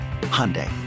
Hyundai